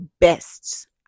best